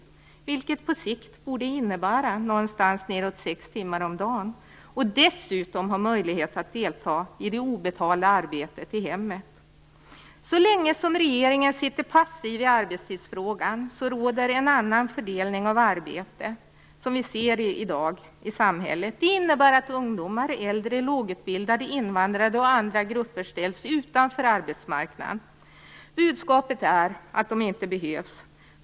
Det borde på sikt innebära nedåt sex timmar om dagen. Dessutom skall både män och kvinnor har möjlighet att delta i det obetalda arbetet i hemmet. Så länge regeringen sitter passiv i arbetstidsfrågan råder en annan fördelning av arbete i samhället. Den innebär att ungdomar, äldre, lågutbildade, invandrare och andra grupper ställs utanför arbetsmarknaden. Budskapet är att de inte behövs.